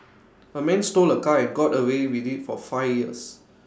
A man stole A car and got away with IT for five years